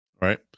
right